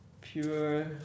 pure